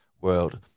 world